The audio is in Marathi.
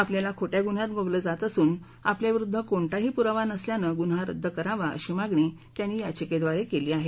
आपल्याला खोट्या गुन्ह्यात गोवलं जात असून आपल्याविरुद्ध कोणताही पुरावा नसल्यानं गुन्हा रद्द करावा अशी मागणी त्यांनी याचिकेद्वारे केली आहे